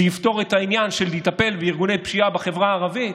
זה יפתור את העניין של לטפל בארגוני פשיעה בחברה הערבית,